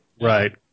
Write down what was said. Right